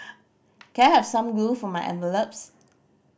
can I have some glue for my envelopes